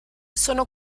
sono